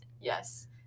Yes